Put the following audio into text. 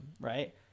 Right